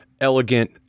elegant